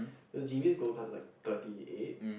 G_Vs gold class is like thirty eight